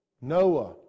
noah